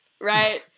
right